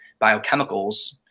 biochemicals